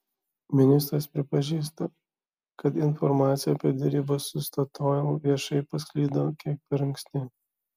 ministras pripažįsta kad informacija apie derybas su statoil viešai pasklido kiek per anksti